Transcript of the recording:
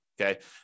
Okay